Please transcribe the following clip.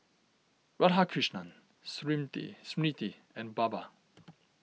Radhakrishnan Smriti and Baba